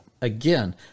again